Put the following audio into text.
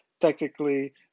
technically